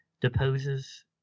deposes